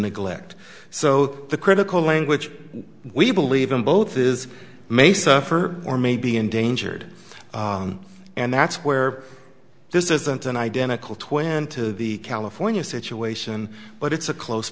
neglect so the critical language we believe in both is may suffer or may be endangered and that's where this isn't an identical twin to the california situation but it's a close